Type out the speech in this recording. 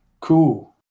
Cool